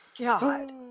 God